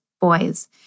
boys